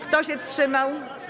Kto się wstrzymał?